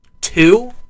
two